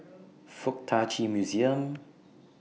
Fuk Tak Chi Museum